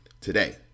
today